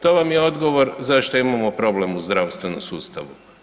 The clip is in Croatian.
To vam je odgovor zašto imamo problem u zdravstvenom sustavu.